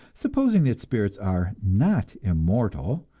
supposing that spirits are not immortal,